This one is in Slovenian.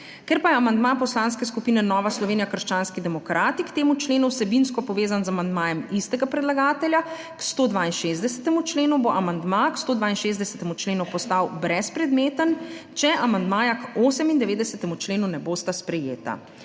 Ker pa je amandma Poslanske skupine Nova Slovenija - krščanski demokrati k temu členu vsebinsko povezan z amandmajem istega predlagatelja k 162. členu, bo amandma k sto 162. členu postal brezpredmeten, če amandmaja k 98. členu ne bosta sprejeta.